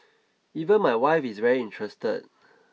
even my wife is very interested